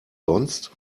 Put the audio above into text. sonst